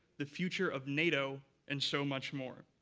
the future of nato, and so much more.